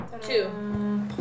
Two